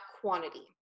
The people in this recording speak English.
quantity